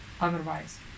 otherwise